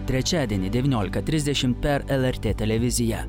trečiadienį devyniolika trisdešimt per lrt televiziją